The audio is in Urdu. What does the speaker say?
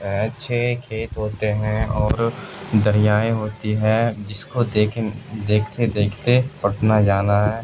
اچھے کھیت ہوتے ہیں اور دریا ہوتی ہیں جس کو دیکھیں دیکھتے دیکھتے پٹنہ جانا ہے